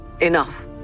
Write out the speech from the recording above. enough